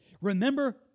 Remember